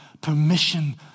permission